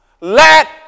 let